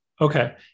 okay